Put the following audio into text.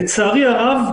לצערי הרב,